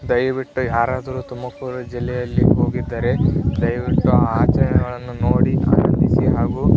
ದಯವಿಟ್ಟು ಯಾರಾದರೂ ತುಮಕೂರು ಜಿಲ್ಲೆಯಲ್ಲಿ ಹೋಗಿದ್ದರೆ ದಯವಿಟ್ಟು ಆ ಆಚರಣೆಗಳನ್ನು ನೋಡಿ ಆನಂದಿಸಿ ಹಾಗೂ